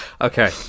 Okay